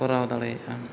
ᱠᱚᱨᱟᱣ ᱫᱟᱲᱮᱭᱟᱜᱼᱟ